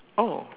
oh